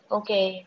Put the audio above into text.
okay